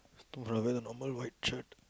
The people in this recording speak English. two cover the normal white shirt